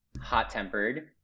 hot-tempered